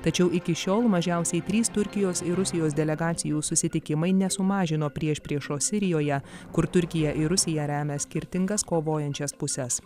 tačiau iki šiol mažiausiai trys turkijos ir rusijos delegacijų susitikimai nesumažino priešpriešos sirijoje kur turkija ir rusija remia skirtingas kovojančias puses